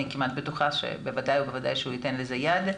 אני כמעט בטוחה שבוודאי ובוודאי שהוא ייתן לזה יד,